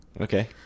Okay